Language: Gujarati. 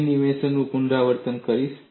હું એનિમેશન નું પુનરાવર્તન કરીશ